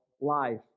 life